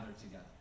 together